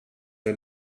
are